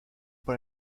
por